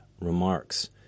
remarks